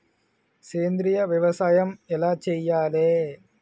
సేంద్రీయ వ్యవసాయం ఎలా చెయ్యాలే?